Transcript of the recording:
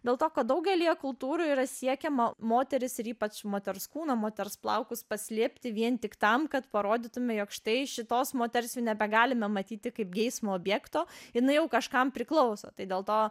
dėl to kad daugelyje kultūrų yra siekiama moteris ir ypač moters kūną moters plaukus paslėpti vien tik tam kad parodytume jog štai šitos moters nebegalime matyti kaip geismo objekto jinai jau kažkam priklauso tai dėl to